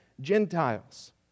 Gentiles